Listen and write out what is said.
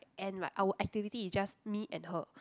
and like our activity is just me and her